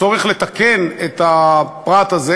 הצורך לתקן את הפרט הזה.